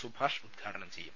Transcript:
സുഭാഷ് ഉദ്ഘാടനം ചെയ്യും